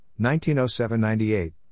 1907-98